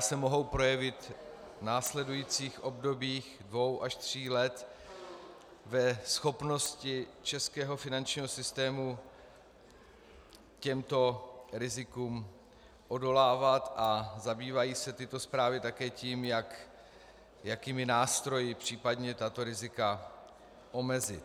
se mohou projevit v následujících obdobích dvou až tří let ve schopnosti českého finančního systému těmto rizikům odolávat a zabývají se tyto zprávy také tím, jakými nástroji případně tato rizika omezit.